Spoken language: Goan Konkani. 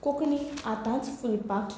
कोंकणी आतांच फुलपाक